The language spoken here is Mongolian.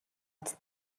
биз